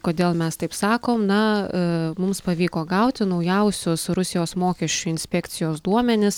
kodėl mes taip sakom na mums pavyko gauti naujausius rusijos mokesčių inspekcijos duomenis